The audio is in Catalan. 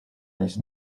anys